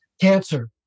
cancer